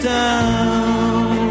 down